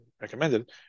recommended